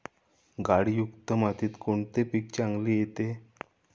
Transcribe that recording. गाळयुक्त मातीत कोणते पीक चांगले येते?